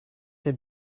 had